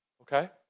Okay